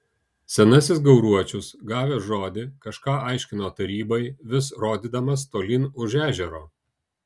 senasis gauruočius gavęs žodį kažką aiškino tarybai vis rodydamas tolyn už ežero